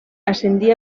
ascendí